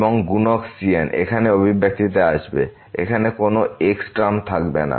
এবং গুণক cn এখানে অভিব্যক্তিতে আসবে এবং এখানে কোনো x টার্ম থাকবে না